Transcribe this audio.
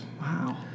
wow